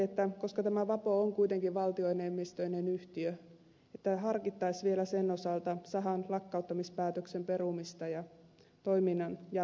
toivonkin koska tämä vapo kuitenkin on valtioenemmistöinen yhtiö että harkittaisiin vielä sen osalta sahan lakkauttamispäätöksen perumista ja toiminnan jatkamista